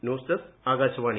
news desk Akashvani